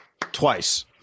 Twice